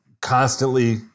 constantly